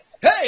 Hey